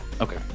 Okay